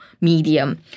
medium